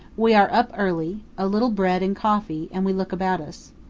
we are up early a little bread and coffee, and we look about us.